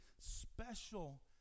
special